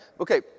Okay